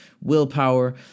willpower